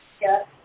Yes